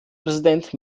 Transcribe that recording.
präsident